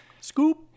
Scoop